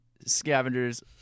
Scavengers